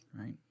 Right